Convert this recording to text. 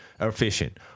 efficient